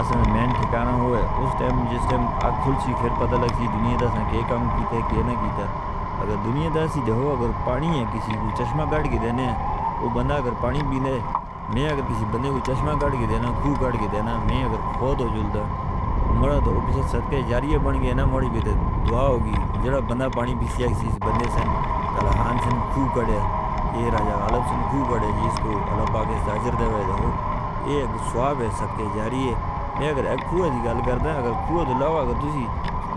اصل میں ڈھگانوں ہوئے اُس دن مجھے اسٹیم کلتھی، پھر پتا لگسی دنیا دا سکھیں کم کیتے کیہ نہ کیتے۔ اگر دنیا دا سکھیں کم اگر پانی ہے، کسی کو چشمہ کھڑ کے دینے ہیں، وہ بندہ اگر پانی پینے میں کسی بندے کو چشمہ کھڑ کے دینے ہیں، کھو کھڑ کے دینے ہیں۔ میں اگر فوت ہو جاوں، مراد اوپیشے صدقہ جاریہ بن گیا، نا؟ موڑ دیتے دعا ہوگی۔ میرا بندہ پانی پیسی، کسی بندے سن، کلہ خان سن، کھو کھڑ ہے۔ اے راجہ غالب سن کھو کھڑ ہے، جس کو اللہ پاک عزت دے، وائے دھو۔ اے اک سواب ہے، صدقہ جاریہ۔ میں اگر اک کھوئی دی گل کردہ ہے، اگر کھوئے تو لاؤ۔ اگر تسی